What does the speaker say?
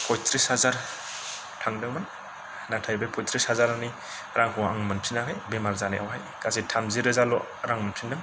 पयथ्रिस हाजार थांदोंमोन नाथाय बे पयथ्रिस हाजारनि रांखौ आं मोनफिनाखै बेमार जानायाव हाय गासै थामजौ रोजा ल' रां मोनफिन्दों